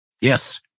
Yes